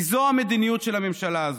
כי זו המדיניות של הממשלה הזו,